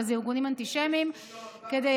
אבל אלה ארגונים אנטישמיים,